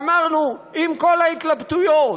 ואמרנו: עם כל ההתלבטויות,